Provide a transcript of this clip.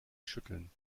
schütteln